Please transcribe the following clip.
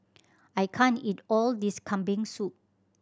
I can't eat all this Kambing Soup